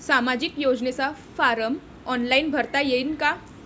सामाजिक योजनेचा form online भरता येईन का?